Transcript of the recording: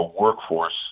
workforce